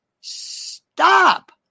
stop